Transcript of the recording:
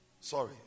Sorry